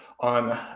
on